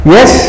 Yes